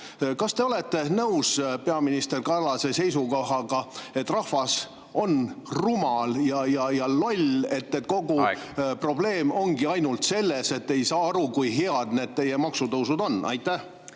Kas te olete nõus peaminister Kallase seisukohaga, et rahvas on rumal ja loll … Aeg! … ja kogu probleem ongi ainult selles, et ei saada aru, kui head need teie maksutõusud on? …